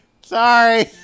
Sorry